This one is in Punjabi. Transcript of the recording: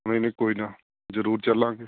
ਨਹੀਂ ਨਹੀਂ ਕੋਈ ਨਾ ਜ਼ਰੂਰ ਚੱਲਾਂਗੇ